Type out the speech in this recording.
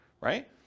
right